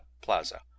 plaza